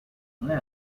دنبال